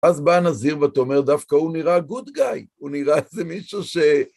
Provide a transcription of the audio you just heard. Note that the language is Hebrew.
אז בא הנזיר ואתה אומר דווקא הוא נראה Good Guy, הוא נראה איזה מישהו ש...